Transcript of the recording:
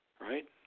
right